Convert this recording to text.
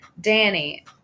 Danny